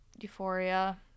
Euphoria